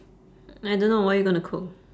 I don't know what you are gonna cook